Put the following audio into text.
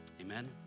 Amen